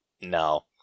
No